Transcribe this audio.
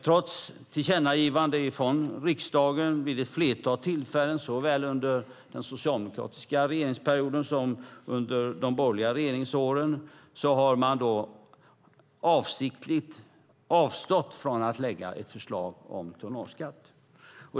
Trots tillkännagivande från riksdagen vid ett flertal tillfällen, såväl under den socialdemokratiska regeringsperioden som under de borgerliga regeringsåren, har man avsiktligt avstått från att lägga fram ett förslag om tonnageskatt.